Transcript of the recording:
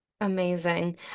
Amazing